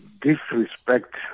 disrespect